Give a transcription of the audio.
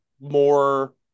more